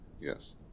Yes